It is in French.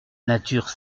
nature